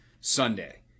Sunday